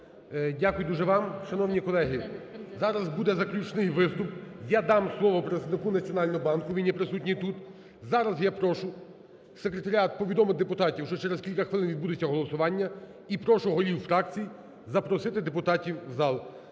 Дякую дуже вам. Шановні колеги! Зараз буде заключний виступ, я дам слово представнику Національного банку він є присутній тут. Зараз я прошу секретаріат повідомити депутатів, що через кілька хвилин відбудеться голосування і прошу голів фракцій запросити депутатів в зал.